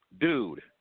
Dude